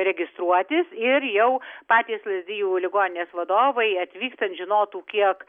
registruotis ir jau patys lazdijų ligoninės vadovai atvykstant žinotų kiek